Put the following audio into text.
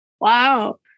Wow